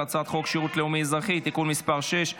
הצעת חוק שירות לאומי-אזרחי (תיקון מס' 6),